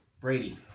Brady